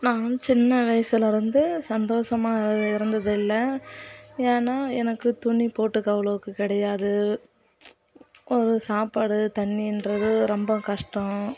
நான் சின்ன வயதிலேருந்து சந்தோஷமாக இருந்ததில்லை ஏன்னா எனக்கு துணி போட்டுக்க அவ்வளவுக்கு கிடையாது ஒரு சாப்பாடு தண்ணின்றது ரொம்ப கஷ்டம்